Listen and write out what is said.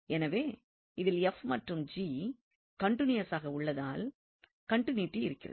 எனவே இதில் மற்றும் கன்டினியூவஸாக உள்ளதால் கண்டினுய்ட்டி இருக்கிறது